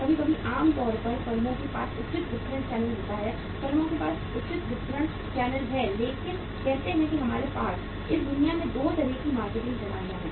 कभी कभी आम तौर पर फर्मों के पास उचित वितरण चैनल होता है फर्मों के पास उचित वितरण चैनल हैं लेकिन कहते हैं कि हमारे पास इस दुनिया में 2 तरह की मार्केटिंग प्रणालियां हैं